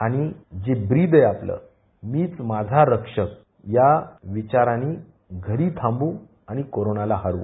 आणि जे ब्रीद आहे आपलं मीच माझा रक्षक या विचारानं घरी थांबून कोरोनाला हरवू